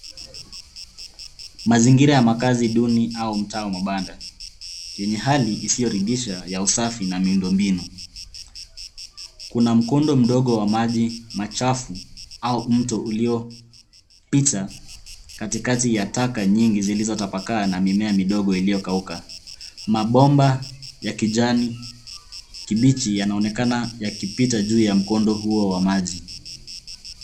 Mazingira ya makazi duni au mtaa wa mabanda yenye hali isioridhisha ya usafi na miundo mbinu kuna mkondo mdogo wa maji machafu au mto uliopita katikati ya taka nyingi zilizotapakaa na mimea midogo iliokauka. Mabomba ya kijani kibichi yanaonekana yakipita juu ya mkondo huo wa maji.